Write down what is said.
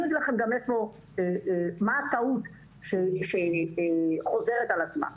אני אומר לכם גם מה הטעות שחוזרת על עצמה.